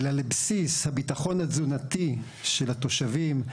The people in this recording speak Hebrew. אלא לבסיס הביטחון התזונתי של התושבים,